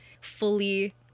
fully